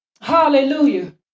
Hallelujah